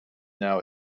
now